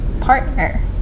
partner